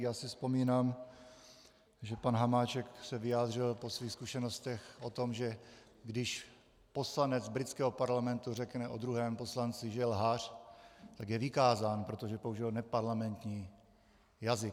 Já si vzpomínám, že pan Hamáček se vyjádřil po svých zkušenostech o tom, že když poslanec britského parlamentu řekne o druhém poslanci, že je lhář, tak je vykázán, protože použil neparlamentní jazyk.